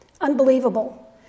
Unbelievable